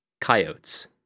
coyotes